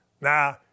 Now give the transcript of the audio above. Nah